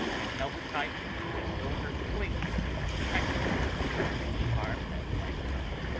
and held it tight as though her clinging could protect him from any harm that might come.